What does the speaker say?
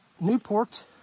Newport